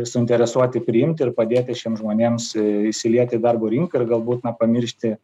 suinteresuoti priimti ir padėti šiems žmonėms įsilieti į darbo rinką ir galbūt na pamiršti